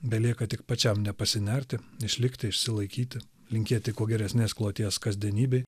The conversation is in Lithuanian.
belieka tik pačiam nepasinerti išlikti išsilaikyti linkėti kuo geresnės kloties kasdienybėj